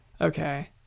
Okay